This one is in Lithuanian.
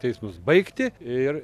teismus baigti ir